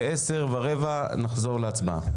ב-10:15 נחזור להצבעה.